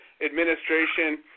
administration